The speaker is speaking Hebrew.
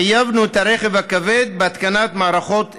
חייבנו את הרכב הכבד בהתקנת מערכות אלו.